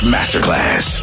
Masterclass